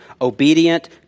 obedient